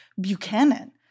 Buchanan